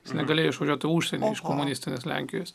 jis negalėjo išvažiuoti į užsienį iš komunistinės lenkijos